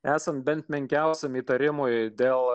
esant bent menkiausiam įtarimui dėl